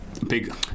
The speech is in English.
Big